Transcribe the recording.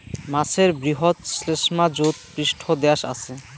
মাছের বৃহৎ শ্লেষ্মাযুত পৃষ্ঠদ্যাশ আচে